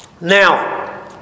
Now